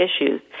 issues